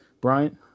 Bryant